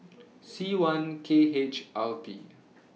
C one K H R P